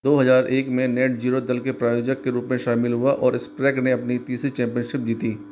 दो हजार एक में नेट ज़ीरो दल के प्रायोजक के रूप में शामिल हुआ और स्प्रेग ने अपनी तीसरी चैंपियनशिप जीती